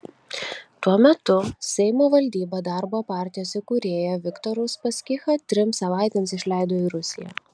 tuo metu seimo valdyba darbo partijos įkūrėją viktorą uspaskichą trims savaitėms išleido į rusiją